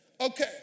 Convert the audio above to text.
Okay